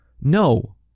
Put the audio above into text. No